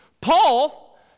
Paul